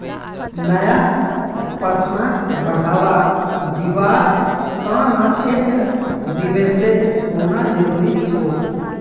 नया प्रथाक बढ़वा दीबार त न क्षेत्र दिवसेर होना जरूरी छोक